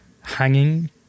hanging